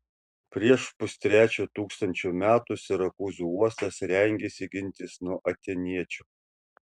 prieš pustrečio tūkstančio metų sirakūzų uostas rengėsi gintis nuo atėniečių